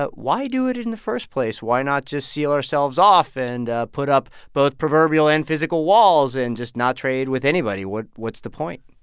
ah why do it it in the first place? why not just seal ourselves off and put up both proverbial and physical walls and just not trade with anybody? what what's the point?